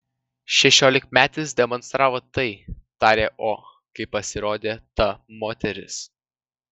šešiolikmetis demonstravo tai tarė o kai pasirodė ta moteris